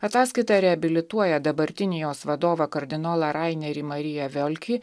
ataskaita reabilituoja dabartinį jos vadovą kardinolą rainerį mariją violkį